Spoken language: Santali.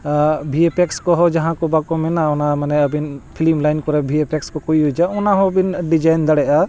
ᱵᱷᱤᱯᱮᱠᱥ ᱠᱚᱦᱚᱸ ᱡᱟᱦᱟᱸ ᱠᱚ ᱵᱟᱠᱚ ᱢᱮᱱᱟ ᱚᱱᱟ ᱢᱟᱱᱮ ᱟᱹᱵᱤᱱ ᱯᱷᱤᱞᱤᱢ ᱞᱟᱭᱤᱱ ᱠᱚᱨᱮ ᱵᱷᱤ ᱮᱯᱷᱮᱠ ᱠᱚᱠᱚ ᱤᱭᱩᱡᱟ ᱚᱱᱟ ᱦᱚᱸᱵᱤᱱ ᱰᱤᱡᱟᱭᱤᱱ ᱫᱟᱲᱮᱭᱟᱜᱼᱟ